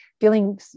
feeling